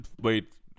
wait